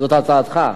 זאת הצעתך?